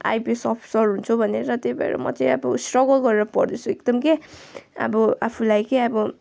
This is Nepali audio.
आइपिएस अफिसर हुन्छु भनेर त्यही भएर म चाहिँ अब स्ट्रगल गरेर पढ्दैछु एकदम के अब आफूलाई के अब